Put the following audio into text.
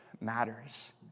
matters